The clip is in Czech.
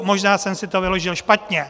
Možná jsem si to vyložil špatně.